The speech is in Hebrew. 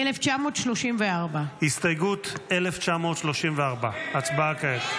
1934. הסתייגות 1934, הצבעה כעת.